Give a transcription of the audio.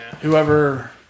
whoever